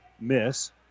miss